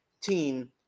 team